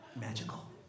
Magical